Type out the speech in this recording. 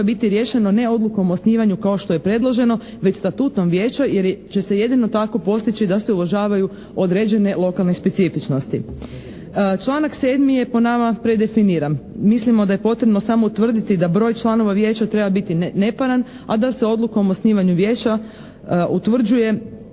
biti riješeno ne odlukom o osnivanju kao što je predloženo već statutom Vijeća jer će se jedino tako postići da se uvažavaju određene lokalne specifičnosti. Članak 7. je po nama predefiniran. Mislimo da je potrebno samo utvrditi da broj članova Vijeća treba biti neparan, a da se odlukom o osnivanju Vijeća utvrđuje